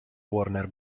warner